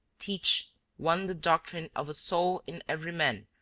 teach, one the doctrine of a soul in every man,